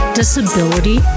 disability